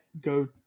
go